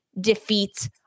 defeats